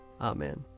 Amen